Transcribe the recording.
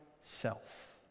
self